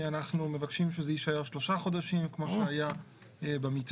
אנחנו מבקשים שזה יישאר 3 חודשים כמו שהיה במתווה.